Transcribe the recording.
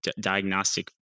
diagnostic